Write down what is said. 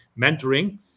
mentoring